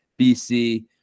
BC